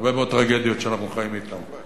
והרבה מאוד טרגדיות שאנחנו חיים אתן.